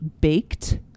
baked